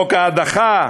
חוק ההדחה,